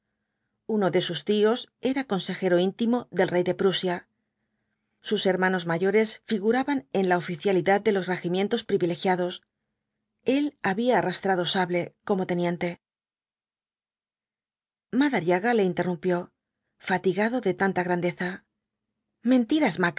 uno de sus tíos era consejero íntimo del rey de prusia sus hermanos mayores figuraban en la oficialidad de los regimientos privilegiados el había arrastrado sable como teniente madariaga le interrumpió fatigado de tanta grandeza